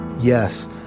yes